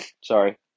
sorry